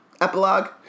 Epilogue